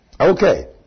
Okay